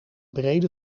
brede